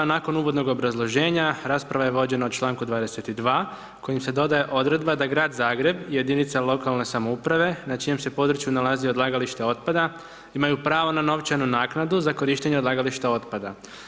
Nakon uvodnog obrazloženja, rasprava je vođena o čl. 22 kojem se dodaje odredba da Grad Zagreb, jedinica lokalne samouprave, na čijem se području nalazi odlagalište otpada, imaju pravo na novčanu naknadu za korištenje odlagališta otpada.